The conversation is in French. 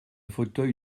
fauteuil